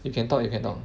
you can talk you can talk